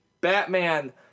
Batman